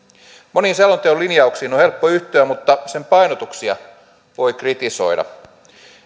moniin selonteon linjauksiin on helppo yhtyä mutta sen painotuksia voi kritisoida